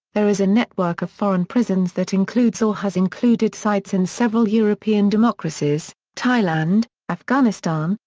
there is a network of foreign prisons that includes or has included sites in several european democracies, thailand, afghanistan,